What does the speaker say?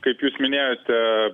kaip jūs minėjote